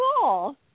cool